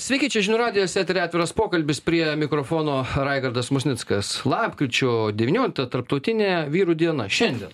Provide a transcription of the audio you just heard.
sveiki čia žinių radijas etery atviras pokalbis prie mikrofono raigardas musnickas lapkričio devyniolikta tarptautinė vyrų diena šiandien dar